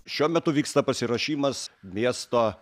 šiuo metu vyksta pasiruošimas miesto